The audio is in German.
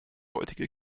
heutige